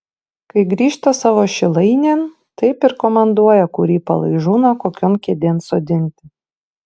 kai grįžta savo šilainėn taip ir komanduoja kurį palaižūną kokion kėdėn sodinti